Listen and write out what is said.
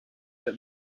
that